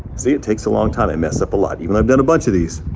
see, it takes a long time, i mess up a lot, even i've done a bunch of these.